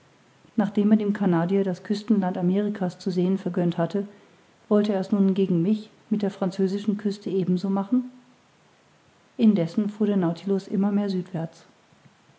nachdem er dem canadier das küstenland amerika's zu sehen vergönnt hatte wollte er's nun gegen mich mit der französischen küste ebenso machen indessen fuhr der nautilus immer mehr